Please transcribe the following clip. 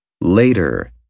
Later